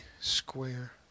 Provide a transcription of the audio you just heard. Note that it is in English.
square